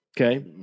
Okay